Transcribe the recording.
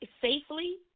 safely